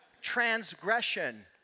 transgression